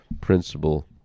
principle